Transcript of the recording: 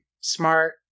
smart